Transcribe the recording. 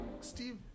Steve